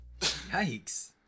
Yikes